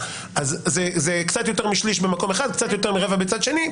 זה קצת יותר משליש במקום אחד וקצת יותר מרבע בצד שני,